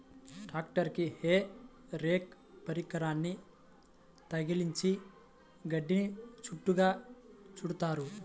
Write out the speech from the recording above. ట్రాక్టరుకి hay rake పరికరాన్ని తగిలించి గడ్డిని చుట్టలుగా చుడుతారు